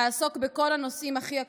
אעסוק בכל הנושאים הכי אקוטיים: